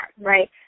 right